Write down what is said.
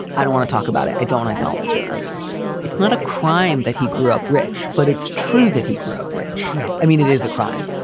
i don't want to talk about it. i don't acknowledge it like it's not a crime that he grew up rich. but it's true that he grew up rich. yeah i mean, it is a crime,